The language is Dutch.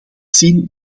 zien